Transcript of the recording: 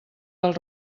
del